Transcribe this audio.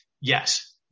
yes